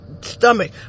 stomach